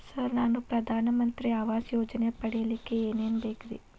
Sir ನಾನು ಪ್ರಧಾನ ಮಂತ್ರಿ ಆವಾಸ್ ಯೋಜನೆ ಪಡಿಯಲ್ಲಿಕ್ಕ್ ಏನ್ ಏನ್ ಬೇಕ್ರಿ?